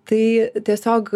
tai tiesiog